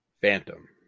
Phantom